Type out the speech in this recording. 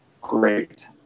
great